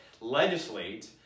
legislate